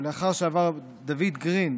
ולאחר שעבר דוד גרין,